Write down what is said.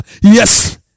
Yes